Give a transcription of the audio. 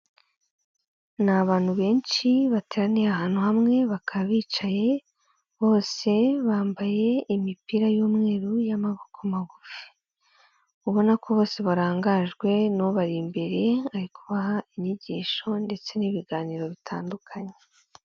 Ni abantu benshi bateraniye ahantu hamwe bakaba bicaye, bose bambaye imipira y'umweru y'amaboko magufi, ubona ko bose barangajwe n'ubari imbere, ari kubaha inyigisho ndetse n'ibiganiro bitandukanye.